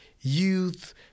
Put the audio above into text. youth